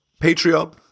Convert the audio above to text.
patreon